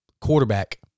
quarterback